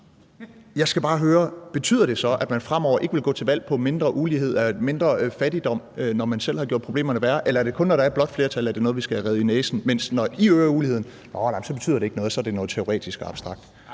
Jeg skal bare høre: Betyder det så, at man fremover ikke vil gå til valg på mindre ulighed og mindre fattigdom, når man selv har gjort problemerne værre? Eller er det kun, når der er et blåt flertal, at det er noget, vi skal have revet i næsen, mens når I øger uligheden, så betyder det ikke noget, så er det noget teoretisk og abstrakt?